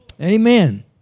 Amen